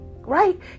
Right